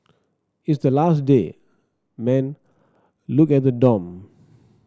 it's the last day man look at the dorm